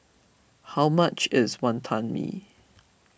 how much is Wantan Mee